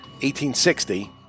1860